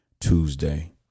Tuesday